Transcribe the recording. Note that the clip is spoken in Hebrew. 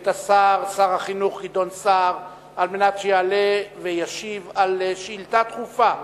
את שר החינוך גדעון סער על מנת שיעלה וישיב על שאילתא דחופה,